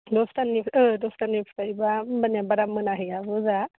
दसता दसतानिफ्रायबा होनबानिया बारा मोनाहैया होजा